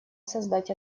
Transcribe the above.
создать